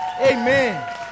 Amen